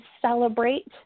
celebrate